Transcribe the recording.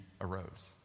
arose